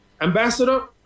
Ambassador